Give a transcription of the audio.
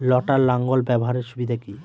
লটার লাঙ্গল ব্যবহারের সুবিধা কি?